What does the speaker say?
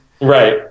right